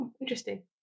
Interesting